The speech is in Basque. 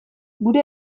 gure